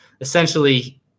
essentially